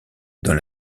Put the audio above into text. dans